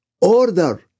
order